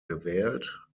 gewählt